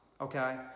okay